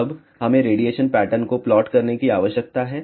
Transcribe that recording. अब हमें radiation pattern को प्लॉट करने की आवश्यकता है